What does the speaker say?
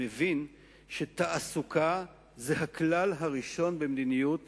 מבין שתעסוקה היא הכלל הראשון במדיניות